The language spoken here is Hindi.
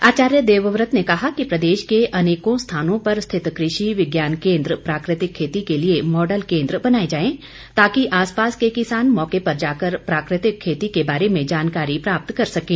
आचार्य देवव्रत ने कहा कि प्रदेश के अनेकों स्थानों पर स्थित कृषि विज्ञान केन्द्र प्राकृतिक खेती के लिए मॉडल केन्द्र बनाए जाएं ताकि आसपास के किसान मौके पर जाकर प्राकृतिक खेती के बारे में जानकारी प्राप्त कर सकें